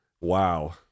Wow